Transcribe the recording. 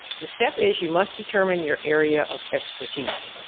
the step is, you must determine your area of expertise.